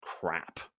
crap